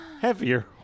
heavier